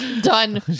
Done